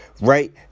right